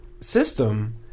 system